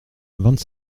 vingt